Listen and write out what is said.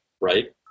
right